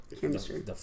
chemistry